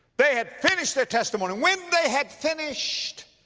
they had finished their testimony. when they had finished,